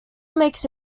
makes